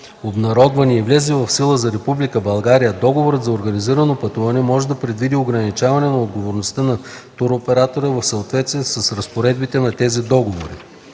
обнародвани и влезли в сила за Република България, договорът за организирано пътуване може да предвиди ограничаване на отговорността на туроператора в съответствие с разпоредбите на тези договори.